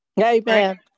Amen